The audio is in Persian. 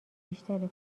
بیشتر